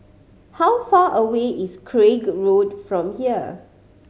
how far away is Craig Road from here